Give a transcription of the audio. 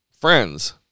friends